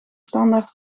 standaard